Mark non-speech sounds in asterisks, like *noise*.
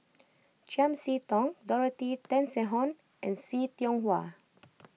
*noise* Chiam See Tong Dorothy Tessensohn and See Tiong Wah *noise*